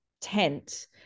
tent